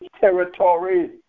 territory